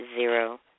zero